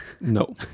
no